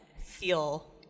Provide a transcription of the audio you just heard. feel